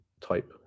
type